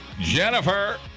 Jennifer